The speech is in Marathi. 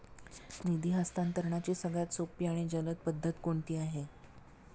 निधी हस्तांतरणाची सगळ्यात सोपी आणि जलद पद्धत कोणती आहे?